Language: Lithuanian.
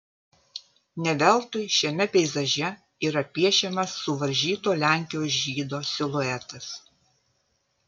ne veltui šiame peizaže yra piešiamas suvaržyto lenkijos žydo siluetas